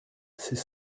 ses